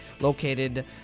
located